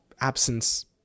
absence